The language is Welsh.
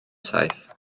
saith